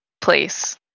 place